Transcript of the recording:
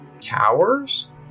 towers